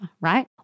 right